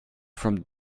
from